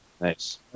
Nice